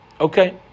Okay